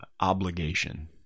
Obligation